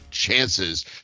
Chances